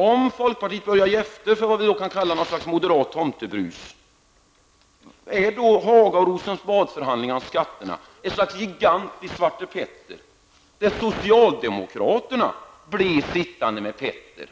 Om folkpartiet nu börjar ge efter för ett slags moderat tomtebrus, är då Haga och Rosenbadsförhandlingarna om skatterna ett gigantiskt Svarte Petter där socialdemokraterna blev sittande med Petter?